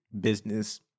business